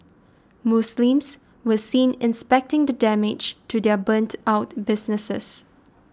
Muslims were seen inspecting the damage to their burnt out businesses